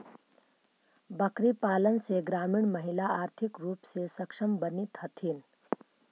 बकरीपालन से ग्रामीण महिला आर्थिक रूप से सक्षम बनित हथीन